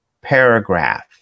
paragraph